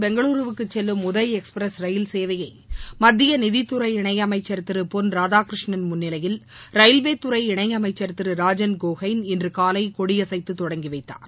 பெங்களுருவுக்கு செல்லும் உதய் எக்ஸ்பிரஸ் ரயில் சேவையை மத்திய நிதித்துறை இணையமைச்சர் திரு பொன் ராதாகிருஷ்ணன் முன்ளிவையில் ரயில்வேத்துறை இணையமைச்சர் திரு ராஜன் கோஹேன் இன்று காலை கொடியசைத்து தொடங்கிவைத்தார்